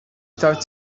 start